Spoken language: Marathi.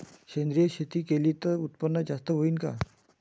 सेंद्रिय शेती केली त उत्पन्न जास्त होईन का?